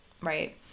right